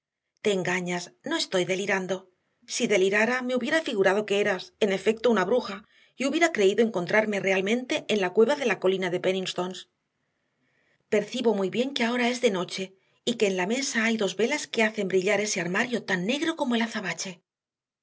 te engañas no estoy delirando si delirara me hubiera figurado que eras en efecto una bruja y hubiera creído encontrarme realmente en la cueva de la colina de pennistons percibo muy bien que ahora es de noche y que en la mesa hay dos velas que hacen brillar ese armario tan negro como el azabache